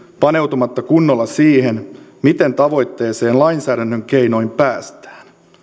paneutumatta kunnolla siihen miten tavoitteeseen lainsäädännön keinoin päästään